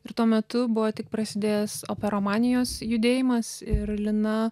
ir tuo metu buvo tik prasidėjęs operomanijos judėjimas ir lina